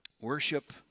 Worship